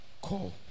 call